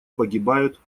погибают